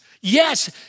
Yes